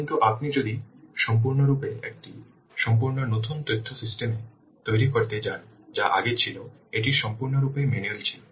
কিন্তু আপনি যদি সম্পূর্ণরূপে একটি সম্পূর্ণ নতুন তথ্য সিস্টেম তৈরি করতে যান যা আগে ছিল এটি সম্পূর্ণরূপে ম্যানুয়াল ছিল